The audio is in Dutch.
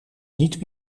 niet